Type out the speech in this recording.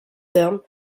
terme